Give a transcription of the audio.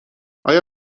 آیا